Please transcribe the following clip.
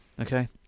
Okay